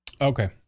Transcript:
Okay